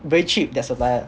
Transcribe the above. very cheap the supplier